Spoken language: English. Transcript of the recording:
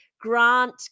Grant